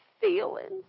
feelings